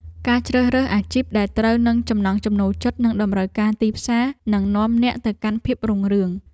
ការជ្រើសរើសអាជីពដែលត្រូវនឹងចំណង់ចំណូលចិត្តនិងតម្រូវការទីផ្សារនឹងនាំអ្នកទៅកាន់ភាពរុងរឿង។